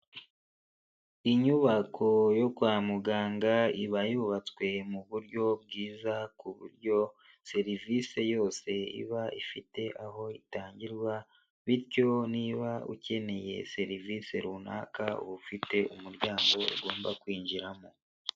Inyubako yo kwa muganga iba yubatswe mu buryo bwiza ku buryo serivisi yose iba ifite aho itangirwa, bityo niba ukeneye serivisi runaka uba ufite umuryango ugomba kwinjiramo.